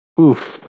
Oof